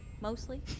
mostly